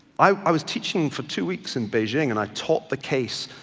i was teaching for two weeks in beijing, and i taught the case,